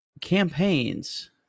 campaigns